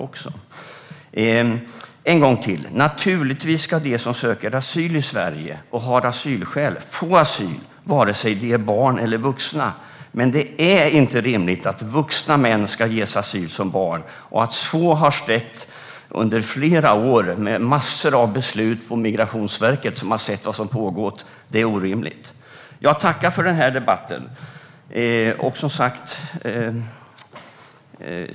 Låt mig säga det en gång till: Naturligtvis ska de som söker asyl i Sverige och har asylskäl få asyl, vare sig de är barn eller vuxna. Men det är inte rimligt att vuxna män ska ges asyl som barn, och att så har skett under flera år genom massor av beslut på Migrationsverket, där man har sett vad som pågått, är orimligt. Jag tackar för den här debatten.